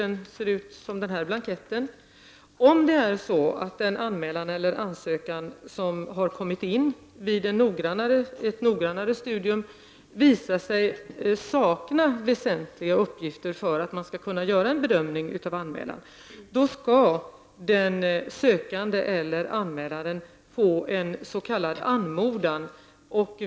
Den ser ut som den blankett jag har här. Om en anmälan eller ansökan som har kommit in vid ett noggrannare studium visar sig sakna väsentliga uppgifter för att man skall kunna göra en bedömning, skall sökanden eller anmälaren få en s.k. anmodan.